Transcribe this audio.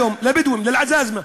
היום לבדואים, לאל-עזאזמה,